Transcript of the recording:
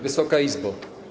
Wysoka Izbo!